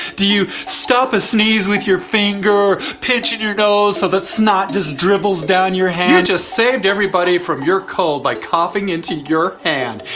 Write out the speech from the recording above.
do you stop a sneeze with your finger? pinching your nose so that snot just dribbles down your hand? you just saved everybody from your cold by coughing into your hand.